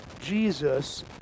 Jesus